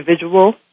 individual